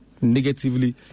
negatively